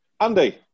Andy